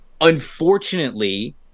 unfortunately